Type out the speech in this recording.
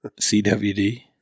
CWD